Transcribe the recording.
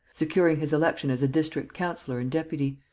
securing his election as a district-councillor and deputy,